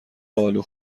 الو